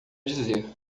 dizer